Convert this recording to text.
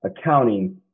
accounting